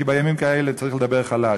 כי בימים כאלה צריך לדבר חלש.